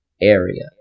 area